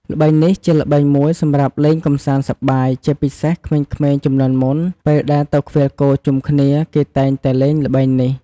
ល្បែងនេះជាល្បែងមួយសម្រាប់លេងកម្សាន្តសប្បាយ ជាពិសេសក្មេងៗជំនាន់មុនពេលដែលទៅឃ្វាលគោជុំគ្នា គេតែងតែលេងល្បែងនេះ។